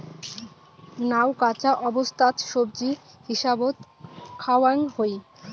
নাউ কাঁচা অবস্থাত সবজি হিসাবত খাওয়াং হই